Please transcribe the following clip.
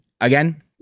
again